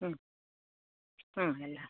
ആ ആ എല്ലാ